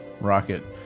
rocket